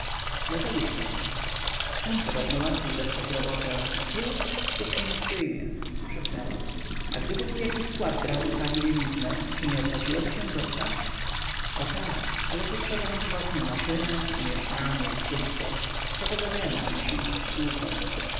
dlaczegoż tam tam podobno łatwiej dostać robotę a tu któż mnie przyjmie szepnęła a gdyby tu jaki skład brał u pani bieliznę czy nie opłaciłoby się zostać o tak ale tu trzeba mieć własną maszynę i mieszkanie i wszystko kto tego niema musi iść w służbę